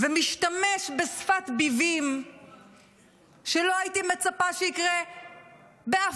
ומשתמש בשפת ביבים שלא הייתי מצפה שיקרה באף